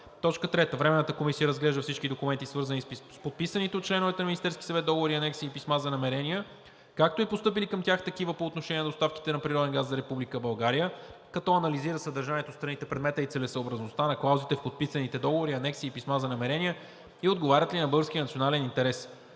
въпроси. 3. Временната комисия разглежда всички документи, свързани с подписаните от членове на Министерския съвет договори, анекси и писма за намерения, както и постъпили към тях такива по отношение на доставките на природен газ за Република България, като анализира съдържанието, страните, предмета и целесъобразността на клаузите в подписаните договори, анекси и писма за намерения и отговарят ли на българския национален интерес.